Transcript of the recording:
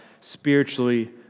spiritually